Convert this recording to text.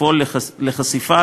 לפעול לחשיפה,